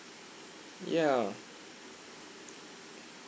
ya